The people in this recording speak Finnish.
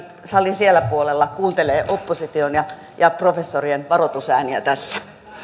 salin siellä puolella kuuntelee opposition ja ja professorien varoitusääniä tässä